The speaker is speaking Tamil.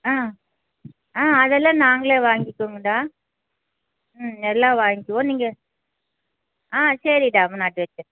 ஆ ஆ அதெல்லாம் நாங்களே வாங்கிக்குவோன்டா ம் எல்லாம் வாங்க்கிவோம் நீங்கள் ஆ சரிடா